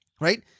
right